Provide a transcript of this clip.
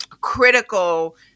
critical